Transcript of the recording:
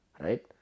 Right